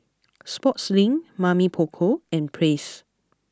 Sportslink Mamy Poko and Praise